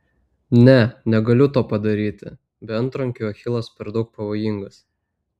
ne negaliu to padaryti be antrankių achilas per daug pavojingas